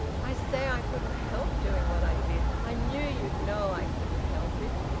i say i couldn't help doing what i did. i knew you'd know i couldn't help it.